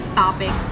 topic